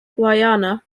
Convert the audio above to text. guayana